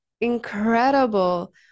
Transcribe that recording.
incredible